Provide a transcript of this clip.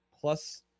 plus